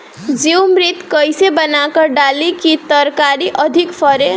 जीवमृत कईसे बनाकर डाली की तरकरी अधिक फरे?